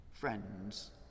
friends